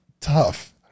Tough